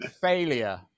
failure